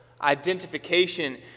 identification